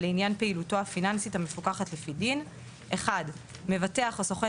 לעניין פעילותו הפיננסית המפוקחת לפי דין: מבטח או סוכן